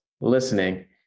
listening